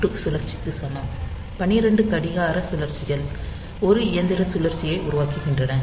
12 சுழற்சிகளுக்கு சமம் 12 கடிகார சுழற்சிகள் 1 இயந்திர சுழற்சியை உருவாக்குகின்றன